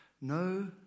no